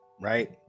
right